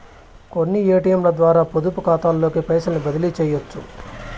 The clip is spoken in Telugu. కొన్ని ఏటియంలద్వారా పొదుపుకాతాలోకి పైసల్ని బదిలీసెయ్యొచ్చు